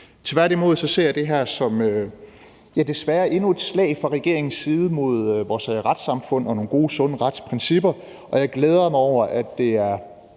Tværtimod ser jeg desværre det her som endnu et slag fra regeringens side mod vores retssamfund og nogle gode, sunde retsprincipper, og jeg glæder mig over, at vi jo